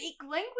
language